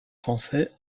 français